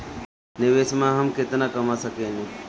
निवेश से हम केतना कमा सकेनी?